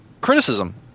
criticism